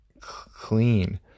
clean